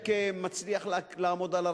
משתקם, מצליח לעמוד על הרגליים.